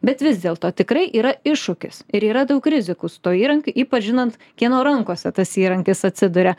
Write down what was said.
bet vis dėlto tikrai yra iššūkis ir yra daug rizikų su tuo įrankiu ypač žinant kieno rankose tas įrankis atsiduria